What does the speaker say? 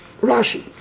Rashi